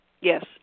Yes